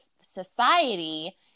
society